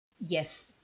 Yes